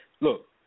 look